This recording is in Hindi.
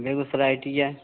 बेगूसराय ठीक है